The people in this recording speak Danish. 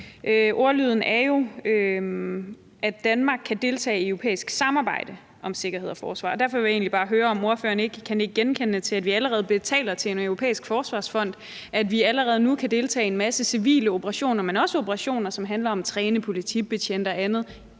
Ordlyden går jo på, at Danmark kan deltage i europæisk samarbejde om sikkerhed og forsvar, og derfor vil jeg egentlig bare høre, om partilederen ikke kan nikke genkendende til, at vi allerede betaler til en europæisk forsvarsfond, at vi allerede nu kan deltage i en masse civile operationer, men også operationer, som handler om at træne politibetjente og andet,